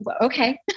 okay